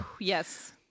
yes